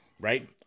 right